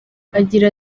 agira